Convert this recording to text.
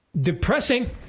depressing